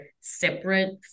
separate